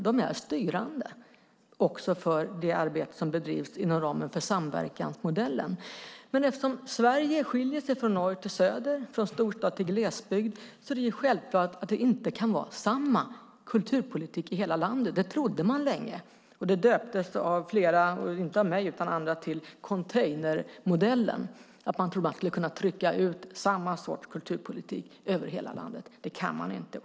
De är styrande också för det arbete som bedrivs inom ramen för samverkansmodellen. Men eftersom Sverige skiljer sig från norr till söder, från storstad till glesbygd är det självklart att det inte kan vara samma kulturpolitik i hela landet. Det trodde man länge. Det döptes av flera - inte av mig - till containermodellen. Man trodde att man skulle kunna trycka ut samma sorts kulturpolitik över hela landet. Det kan man inte.